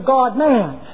God-man